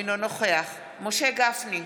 אינו נוכח משה גפני,